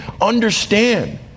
understand